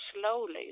slowly